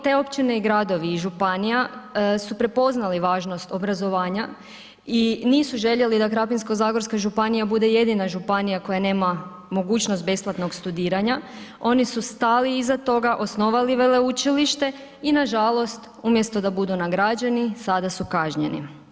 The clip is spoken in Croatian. Te općine i gradovi i županija su prepoznali važnost obrazovanja i nisu željeli da Krapinsko-zagorska županija bude jedina županija koje nema mogućnost besplatnog studiranja, oni su stali iza toga, osnovali veleučilište i nažalost umjesto da budu nagrađeni sada su kažnjeni.